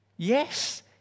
Yes